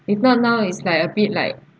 if not now it's like a bit like